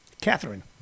Catherine